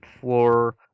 floor